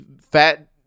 fat